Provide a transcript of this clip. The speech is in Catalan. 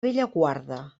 bellaguarda